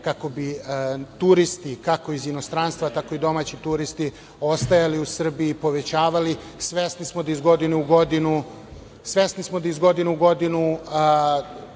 kako bi turisti, kako iz inostranstva, tako i domaći turisti ostajali u Srbiji i povećavali. Svesni smo da iz godine u godinu